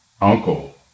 uncle